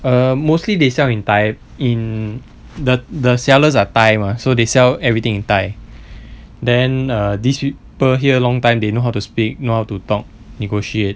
err mostly they sell in thai in the the sellers are thai mah so they sell everything in thai then err these people here a long time they know how to speak know how to talk negotiate